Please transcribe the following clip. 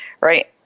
Right